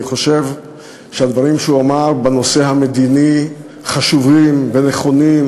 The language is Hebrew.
אני חושב שהדברים שהוא אמר בנושא המדיני חשובים ונכונים,